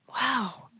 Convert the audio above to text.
Wow